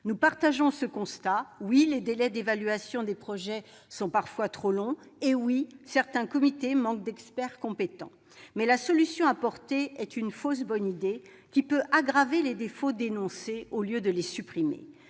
Nous partageons ce constat : oui, les délais d'évaluation des projets sont parfois trop longs et oui, certains comités manquent d'experts compétents. Pour autant, la solution apportée est une fausse bonne idée, qui peut aggraver les défauts dénoncés, au lieu de les supprimer.